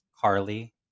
Carly